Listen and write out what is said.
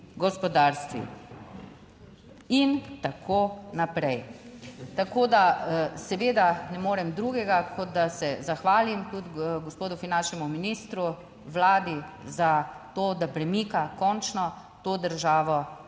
gospodarstvi. In tako naprej, tako da seveda ne morem drugega, kot da se zahvalim tudi gospodu finančnemu ministru, Vladi, zato, da premika končno to državo